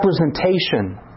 representation